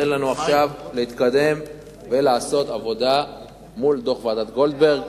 תן לנו עכשיו להתקדם ולעשות עבודה מול דוח ועדת-גולדברג.